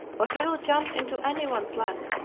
for he will jump into any one's lap,